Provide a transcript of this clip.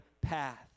path